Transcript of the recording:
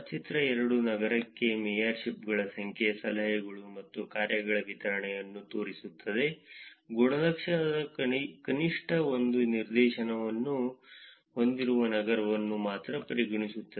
ಚಿತ್ರ 2 ನಗರಕ್ಕೆ ಮೇಯರ್ಶಿಪ್ಗಳ ಸಂಖ್ಯೆ ಸಲಹೆಗಳು ಮತ್ತು ಕಾರ್ಯಗಳ ವಿತರಣೆಯನ್ನು ತೋರಿಸುತ್ತದೆ ಗುಣಲಕ್ಷಣದ ಕನಿಷ್ಠ ಒಂದು ನಿದರ್ಶನವನ್ನು ಹೊಂದಿರುವ ನಗರಗಳನ್ನು ಮಾತ್ರ ಪರಿಗಣಿಸುತ್ತದೆ